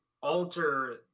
alter